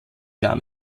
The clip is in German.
gar